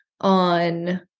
on